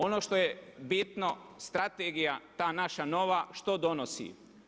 Ono što je bitno, strategija, ta naša nova, što donosi?